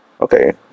okay